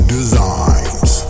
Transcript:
Designs